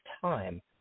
Time